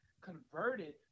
converted